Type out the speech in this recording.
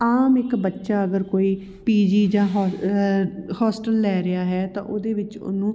ਆਮ ਇੱਕ ਬੱਚਾ ਅਗਰ ਕੋਈ ਪੀ ਜੀ ਜਾਂ ਹੋ ਹੋਸਟਲ ਲੈ ਰਿਹਾ ਹੈ ਤਾਂ ਉਹਦੇ ਵਿੱਚ ਉਹਨੂੰ